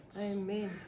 Amen